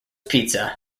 pizza